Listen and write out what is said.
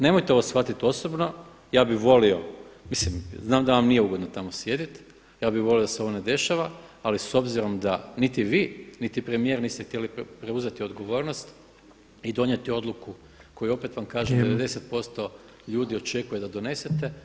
Nemojte ovo shvatiti osobno, ja bih volio, znam da vam nije ugodno tamo sjediti, ja bih volio da se ovo ne dešava, ali s obzirom da niti vi niti premijer niste htjeli preuzeti odgovornost i donijeti odluku koju opet vam kažem 90% ljudi očekuje da donesete.